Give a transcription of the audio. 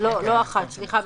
לא (1) סליחה,